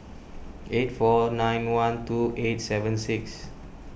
eight four nine one two eight seven six